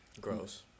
Gross